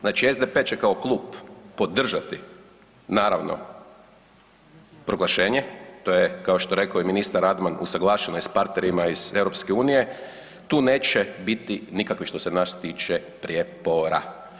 Znači SDP će kao podržati naravno proglašenje, to je kao što je rekao i ministar Radman usuglašeno je s partnerima iz EU, tu neće biti nikakvih što se nas tiče prijepora.